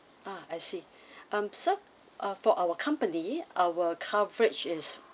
ah I see um so uh for our company our coverage is